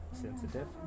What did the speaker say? sensitive